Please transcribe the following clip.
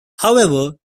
however